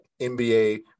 NBA